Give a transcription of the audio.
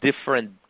different